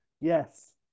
yes